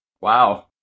Wow